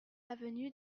avenue